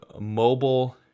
mobile